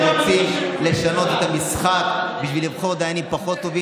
שרוצים בו לשנות את המשחק בשביל לבחור דיינים הם פחות טובים,